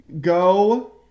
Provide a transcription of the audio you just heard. Go